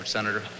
Senator